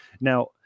now